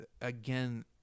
again